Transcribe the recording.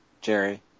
Jerry